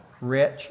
rich